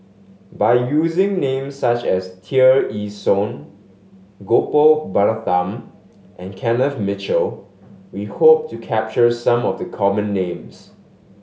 by using names such as Tear Ee Soon Gopal Baratham and Kenneth Mitchell we hope to capture some of the common names